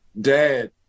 dad